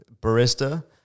Barista